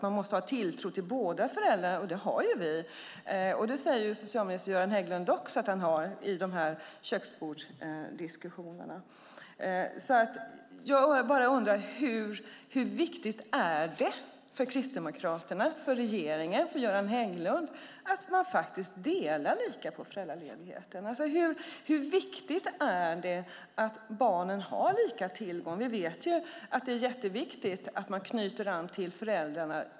Man måste ha tilltro till båda föräldrarna, och det har vi. Socialminister Göran Hägglund säger också att han har det i köksbordsdiskussionerna. Jag bara undrar: Hur viktigt är det för Kristdemokraterna, för regeringen och för Göran Hägglund att man delar lika på föräldraledigheten? Hur viktigt är det att barnen har lika tillgång till sina föräldrar? Vi vet att det är jätteviktigt att barn tidigt knyter an till föräldrarna.